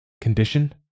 condition